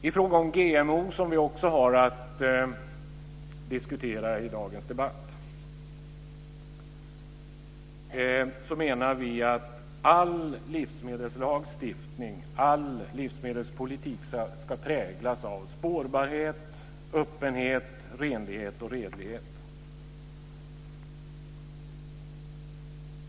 I fråga om GMO, som vi också har att diskutera i dagens debatt, menar vi att all livsmedelslagstiftning, all livsmedelspolitik ska präglas av spårbarhet, öppenhet, renlighet och redlighet.